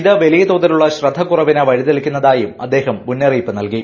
ഇത് വലിയ തോതിലുള്ള ശ്രദ്ധ കുറവിനു വഴിതെളിക്കുന്നതായും അദ്ദേഹം മുന്നറിയിപ്പ് നൽകി